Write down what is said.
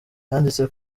yanditse